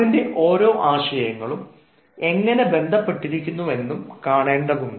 അതിൻറെ ഓരോ ആശയങ്ങളും എങ്ങനെ ബന്ധപ്പെട്ടിരിക്കുന്നു എന്നും കാണേണ്ടതുണ്ട്